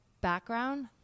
background